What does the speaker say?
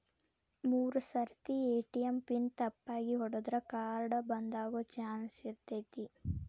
ಮೂರ್ ಸರ್ತಿ ATM pin ತಪ್ಪಾಗಿ ಹೊಡದ್ರ ಕಾರ್ಡ್ ಬಂದಾಗೊ ಚಾನ್ಸ್ ಇರ್ತೈತಿ